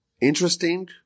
interesting